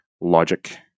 logic